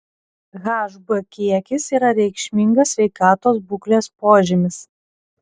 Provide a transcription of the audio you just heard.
hb kiekis yra reikšmingas sveikatos būklės požymis